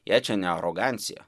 jei čia ne arogancija